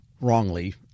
wrongly